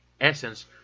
essence